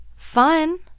fun